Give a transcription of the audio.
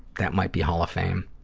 that might be hall of fame.